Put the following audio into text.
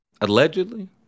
Allegedly